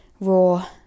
raw